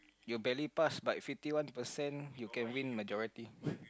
you barely pass but fifty one percent you can win majority